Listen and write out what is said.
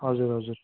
हजुर हजुर